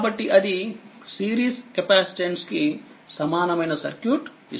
కాబట్టిఅది series capacitors కి సమానమైన సర్క్యూట్ ఇస్తుంది